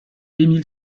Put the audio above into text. emile